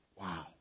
Wow